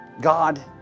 God